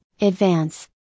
Advance